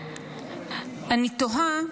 אני תוהה.